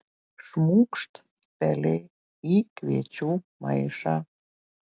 šmūkšt pelė į kviečių maišą